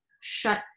shut